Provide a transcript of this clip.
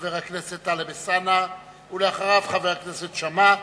חבר הכנסת טלב אלסאנע, ואחריו, חבר הכנסת שאמה.